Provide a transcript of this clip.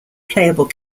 playable